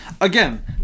Again